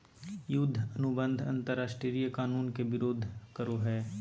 युद्ध अनुबंध अंतरराष्ट्रीय कानून के विरूद्ध करो हइ